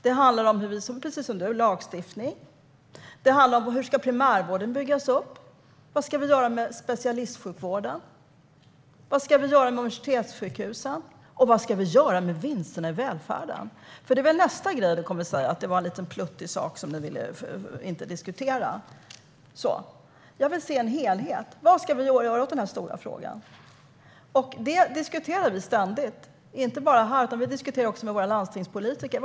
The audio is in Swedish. Det handlar om lagstiftning, om hur primärvården ska byggas upp, vad vi ska göra med specialistsjukvården, vad vi ska göra med universitetssjukhusen och vad vi ska göra med vinsterna i välfärden. Det är väl nästa grej du kommer att säga, att det är en liten pluttig sak som ni inte vill diskutera. Jag vill se en helhet. Vad ska vi göra åt den här stora frågan? Det diskuterar vi ständigt, inte bara här utan också med våra landstingspolitiker.